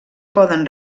poden